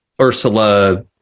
Ursula